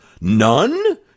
None